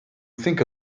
think